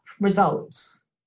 results